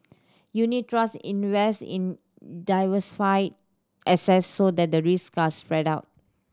unit trusts invest in diversified assets so that the risks are spread out